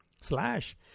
slash